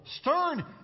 stern